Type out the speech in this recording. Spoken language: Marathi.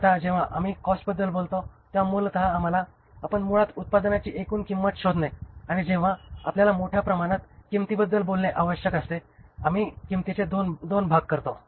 आता जेव्हा आम्ही कॉस्ट बद्दल बोलतो तेव्हा मूलत आम्हाला आपण मुळात उत्पादनाची एकूण किंमत शोधणे आणि जेव्हा आपल्याला मोठ्या प्रमाणात किंमतीबद्दल बोलणे आवश्यक असते आम्ही किंमतीचे दोन भाग करतो